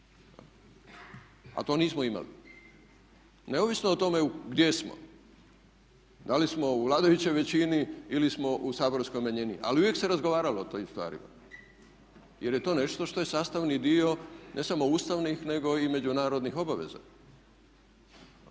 a to nismo imali. Neovisno o tome gdje smo, da li smo u vladajućoj većini ili smo u saborskoj manjini. Ali uvijek se razgovaralo o tim stvarima jer je to nešto što je sastavni dio ne samo ustavnih nego i međunarodnih obaveza.